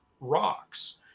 rocks